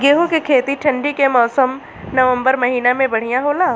गेहूँ के खेती ठंण्डी के मौसम नवम्बर महीना में बढ़ियां होला?